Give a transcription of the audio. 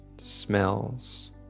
smells